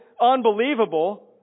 Unbelievable